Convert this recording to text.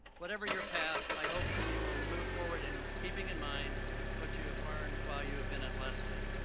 whatever your path i hope that you will move forward in keeping in mind what you have learned while you have been at lesley.